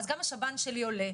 אז גם השב"ן שלי עולה,